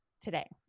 today